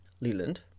Leland